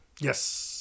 Yes